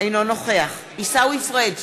אינו נוכח עיסאווי פריג'